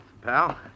pal